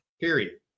Period